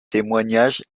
témoignages